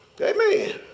Amen